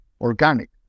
organic